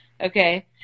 Okay